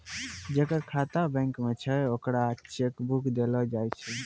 जेकर खाता बैंक मे छै ओकरा चेक बुक देलो जाय छै